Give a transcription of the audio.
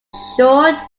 short